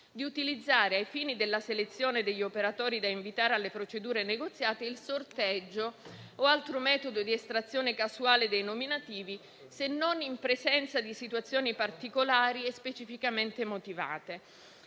di utilizzare, ai fini della selezione degli operatori da invitare alle procedure negoziate, il sorteggio o altro metodo di estrazione casuale dei nominativi, se non in presenza di situazione particolari e specificamente motivate.